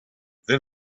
then